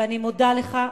ואני מודה לך.